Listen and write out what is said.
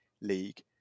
league